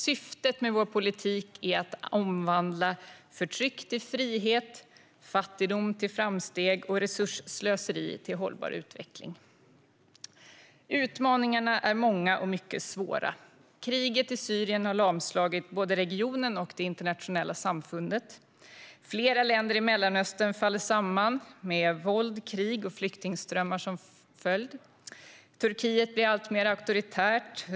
Syftet med vår politik är att omvandla förtryck till frihet, fattigdom till framsteg och resursslöseri till hållbar utveckling. Utmaningarna är många och mycket svåra. Kriget i Syrien har lamslagit både regionen och det internationella samfundet. Flera länder i Mellanöstern faller samman med våld, krig och flyktingströmmar som följd. Turkiet blir alltmer auktoritärt.